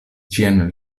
ĝian